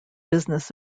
business